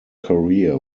career